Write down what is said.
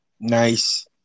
Nice